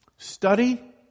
Study